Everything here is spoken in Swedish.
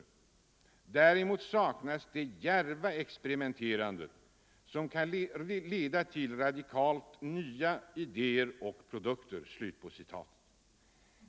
Däremot saknas det djärva exprimenterandet, som kan leda till radikalt nya idéer och produkter.